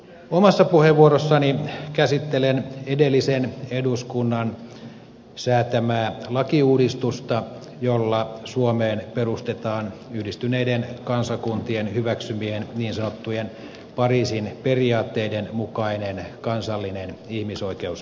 omassa puheenvuorossani käsittelen edellisen eduskunnan säätämää lakiuudistusta jolla suomeen perustetaan yhdistyneiden kansakuntien hyväksymien niin sanottujen pariisin periaatteiden mukainen kansallinen ihmisoikeusinstituutio